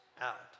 out